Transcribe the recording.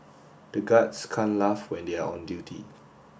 the guards can't laugh when they are on duty